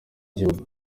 gihugu